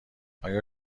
آیا